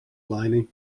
lining